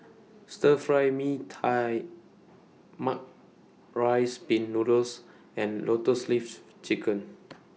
Stir Fry Mee Tai Mak Rice Pin Noodles and Lotus Leaf Chicken